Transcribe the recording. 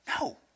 No